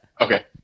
Okay